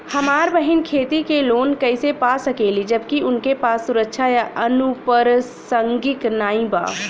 हमार बहिन खेती के लोन कईसे पा सकेली जबकि उनके पास सुरक्षा या अनुपरसांगिक नाई बा?